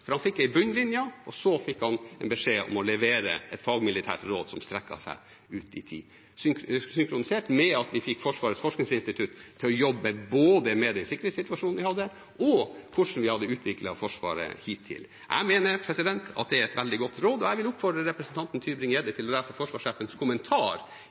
for han fikk en bunnlinje, og så fikk han beskjed om å levere et fagmilitært råd som strekker seg ut i tid – synkronisert med at vi fikk Forsvarets forskningsinstitutt til å jobbe både med den sikkerhetssituasjonen vi hadde, og hvordan vi hadde utviklet Forsvaret hittil. Jeg mener det er et veldig godt råd, og jeg vil oppfordre representanten Tybring-Gjedde til å lese forsvarssjefens kommentar